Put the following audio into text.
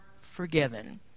forgiven